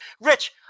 Rich